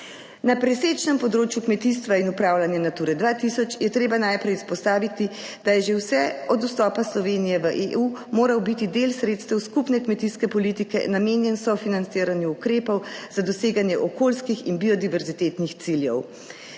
Na presečnem področju kmetijstva in upravljanja Nature 2000 je treba najprej izpostaviti, da je že vse od vstopa Slovenije v EU moral biti del sredstev skupne kmetijske politike namenjen sofinanciranju ukrepov za doseganje okoljskih in biodiverzitetnih ciljev.